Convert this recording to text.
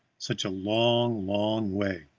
such a long, long way.